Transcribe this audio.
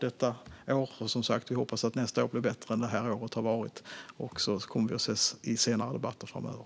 Vi hoppas som sagt att nästa år blir bättre än det här året har varit, och vi kommer att ses i fler debatter framöver.